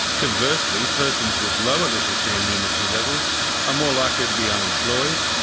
conversely, persons with lower literacy and numeracy levels are more likely to be unemployed,